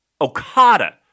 Okada